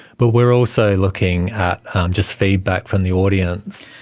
but we are also looking at just feedback from the audience.